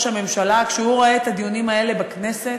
הממשלה כשהוא רואה את הדיונים האלה בכנסת,